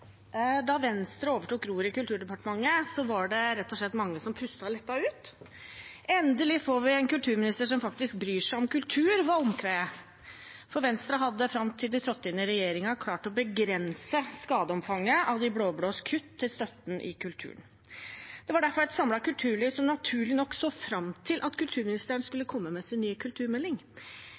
Da Venstre overtok roret i Kulturdepartementet, var det rett og slett mange som pustet lettet ut. Endelig får vi en kulturminister som faktisk bryr seg om kultur, var omkvedet. For Venstre hadde, fram til de trådte inn i regjeringen, klart å begrense skadeomfanget av de blå-blås kutt i støtten til kultur. Det var derfor et samlet kulturliv som naturlig nok så fram til at kulturministeren skulle komme med sin nye kulturmelding.